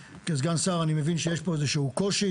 כסגן שר אני מבין שיש פה איזה שהוא קושי,